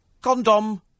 Condom